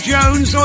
Jones